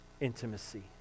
intimacy